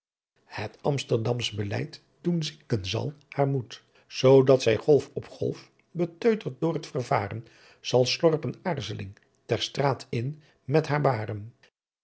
het amsterdamsch beleid doen zinken zal haar moedt zoo dat zy golf op golf beteutert door t vervaren zal slorpen aarzeling ter straat in met haar baren